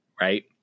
right